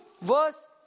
verse